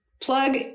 plug